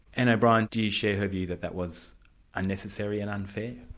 anne o'brien, do you share her view that that was unnecessary and unfair?